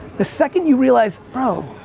the second you realize, bro,